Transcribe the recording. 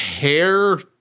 hair